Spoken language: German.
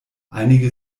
einige